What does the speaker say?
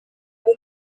rwo